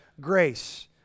grace